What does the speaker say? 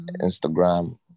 instagram